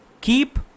Keep